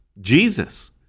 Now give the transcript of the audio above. Jesus